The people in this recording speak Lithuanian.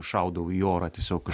šaudau į orą tiesiog